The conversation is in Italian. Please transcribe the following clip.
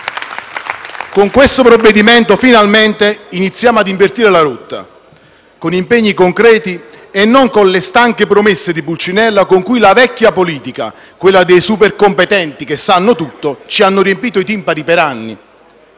Con questo provvedimento finalmente iniziamo ad invertire la rotta, con impegni concreti e non con le stanche promesse di Pulcinella, con cui la vecchia politica, quella dei supercompetenti che sanno tutto, ci ha riempito i timpani per anni.